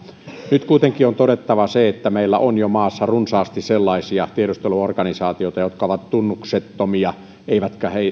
nyt kuitenkin on todettava se että meillä on jo maassa runsaasti sellaisia tiedusteluorganisaatioita jotka ovat tunnuksettomia